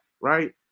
right